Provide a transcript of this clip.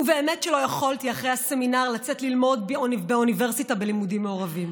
ובאמת שלא יכולתי אחרי הסמינר לצאת ללמוד באוניברסיטה בלימודים מעורבים.